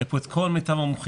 היה פה את כל מיטב המומחים,